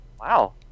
wow